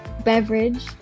beverage